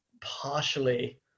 partially